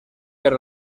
per